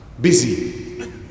busy